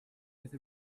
with